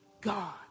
God